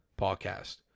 podcast